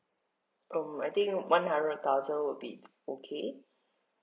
um I think one hundred thousand would be okay